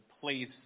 place